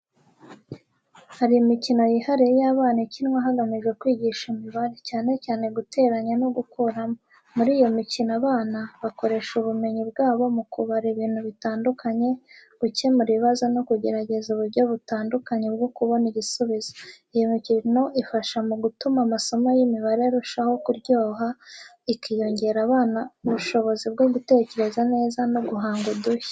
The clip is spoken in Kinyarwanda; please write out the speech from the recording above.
Hari imikino yihariye y’abana ikinwa hagamijwe kwigisha imibare, cyane cyane guteranya no gukuramo. Muri iyi mikino, abana bakoresha ubumenyi bwabo mu kubara ibintu bitandukanye, gukemura ibibazo no kugerageza uburyo butandukanye bwo kubona igisubizo. Iyi mikino ifasha mu gutuma amasomo y’imibare arushaho kuryoha, ikongerera abana ubushobozi bwo gutekereza neza no guhanga udushya.